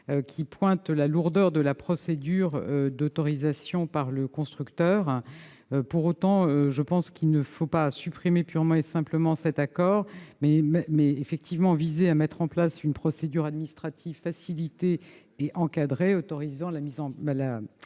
qui pointe la lourdeur de la procédure d'autorisation par le constructeur. Pour autant, je pense qu'il faut non pas supprimer purement et simplement l'accord, mais viser à mettre en place une procédure administrative facilitée et encadrée autorisant la modification